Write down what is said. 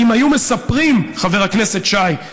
אם היו מספרים, חבר הכנסת שי,